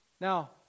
Now